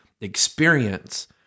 experience